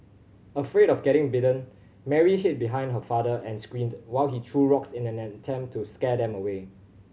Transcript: afraid of getting bitten Mary hid behind her father and screamed while he threw rocks in an attempt to scare them away